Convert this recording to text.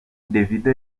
davido